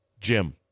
Jim